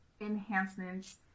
enhancements